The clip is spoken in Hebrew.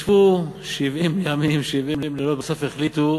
ישבו 70 ימים, 70 לילות, בסוף החליטו,